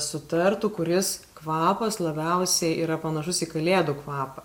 sutartų kuris kvapas labiausiai yra panašus į kalėdų kvapą